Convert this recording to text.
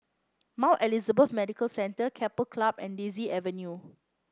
Mount Elizabeth Medical Centre Keppel Club and Daisy Avenue